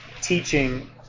teaching